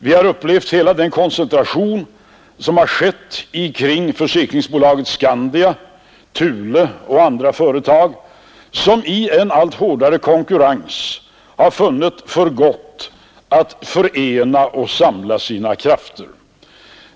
Vi upplever hela den koncentration som sker kring försäkringsbolaget Skandia, Thule och andra företag som i en allt hårdare konkurrens funnit det för gott att förena och samla sina krafter.